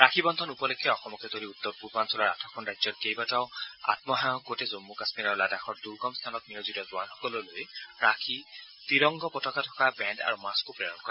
ৰাখী বন্ধন উপলক্ষে অসমকে ধৰি উত্তৰ পূৰ্বাঞ্চলৰ আঠোখন ৰাজ্যৰ কেবাটাও আম্ম সহায়ক গোটে জন্মু কাশ্মীৰ আৰু লাডাখৰ দুৰ্গম স্থানত নিয়োজিত জোৱানসকললৈ ৰাখী ত্ৰিৰংগ পতাকা থকা বেণ্ড আৰু মাস্কো প্ৰেৰণ কৰে